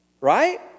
right